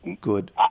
good